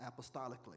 apostolically